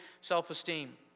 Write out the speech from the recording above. self-esteem